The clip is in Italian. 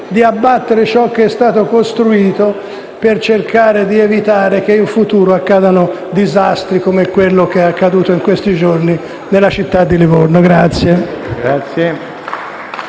di abbattere ciò che è stato costruito, per cercare di evitare che in futuro accadano disastri come quello che è accaduto in questi giorni nella città di Livorno.